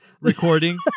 recording